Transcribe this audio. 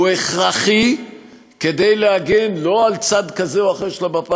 הוא הכרחי כדי להגן לא על צד זה או אחר של המפה